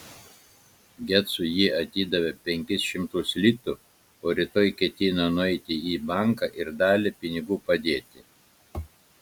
gecui ji atidavė penkis šimtus litų o rytoj ketino nueiti į banką ir dalį pinigų padėti